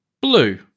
blue